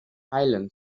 heilen